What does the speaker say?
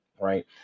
right